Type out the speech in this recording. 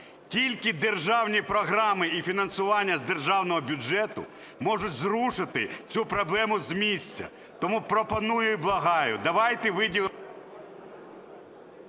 Тільки державні програми і фінансування з державного бюджету можуть зрушити цю проблему з місця. Тому пропоную і благаю, давайте виділимо...